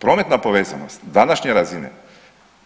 Prometna povezanost današnje razine